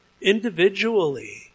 individually